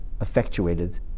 effectuated